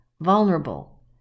vulnerable